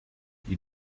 you